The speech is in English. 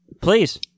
Please